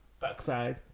backside